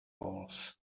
poles